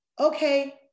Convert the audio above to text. okay